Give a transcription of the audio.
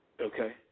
Okay